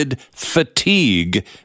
fatigue